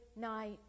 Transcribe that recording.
night